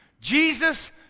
Jesus